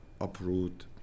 uproot